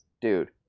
Dude